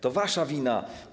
To wasza wina.